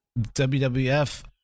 WWF